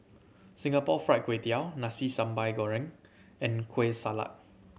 Singapore Fried Kway Tiao Nasi Sambal Goreng and Kueh Salat